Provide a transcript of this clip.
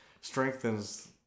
strengthens